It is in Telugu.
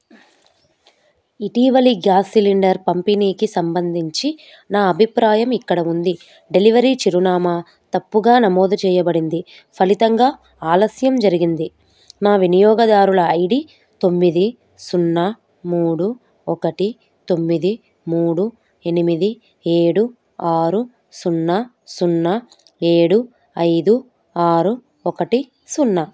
ఇటీవలి గ్యాస్ సిలిండర్ పంపిణీకి సంబంధించి నా అభిప్రాయం ఇక్కడ ఉంది డెలివరీ చిరునామా తప్పుగా నమోదు చేయబడింది ఫలితంగా ఆలస్యం జరిగింది నా వినియోగదారుల ఐ డీ తొమ్మిది సున్నా మూడు ఒకటి తొమ్మిది మూడు ఎనిమిది ఏడు ఆరు సున్నా సున్నా ఏడు ఐదు ఆరు ఒకటి సున్నా